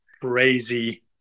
crazy